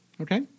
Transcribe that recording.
okay